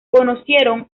conocieron